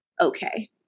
okay